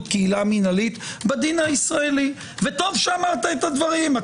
כעילה מינהלית בדין הישראלי וטוב שאמרת את הדברים.